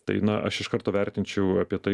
tai na aš iš karto vertinčiau apie tai